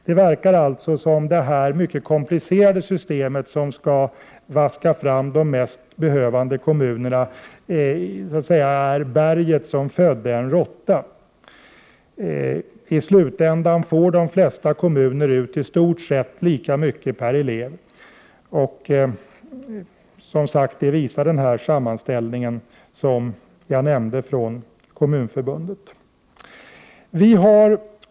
Det förefaller alltså som om detta mycket komplicerade system som skall vaska fram de mest behövande kommunerna så att säga är berget som födde en råtta. I slutändan får de flesta kommuner ut i stort lika mycket per elev, vilket den sammanställning från Kommunförbundet som jag tidigare berörde visar.